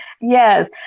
yes